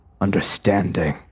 understanding